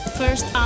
first